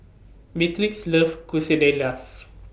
Beatrix loves Quesadillas